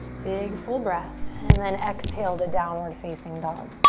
big full breath. and then exhale to downward facing dog.